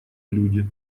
люди